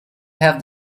have